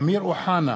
אמיר אוחנה,